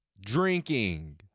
drinking